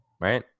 right